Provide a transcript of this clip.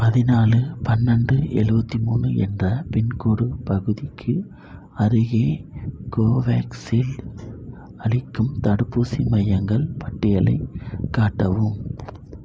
பதினாலு பன்னெண்டு எழுவத்தி மூணு என்ற பின்கோடு பகுதிக்கு அருகில் கோவேக்சீல்டு அளிக்கும் தடுப்பூசி மையங்கள் பட்டியலைக் காட்டவும்